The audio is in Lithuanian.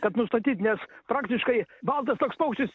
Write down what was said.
kad nustatyt nes praktiškai baltas toks paukštis